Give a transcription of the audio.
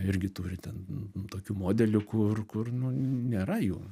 irgi turi ten tokių modelių kur kur nu nėra jų